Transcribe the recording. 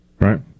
Right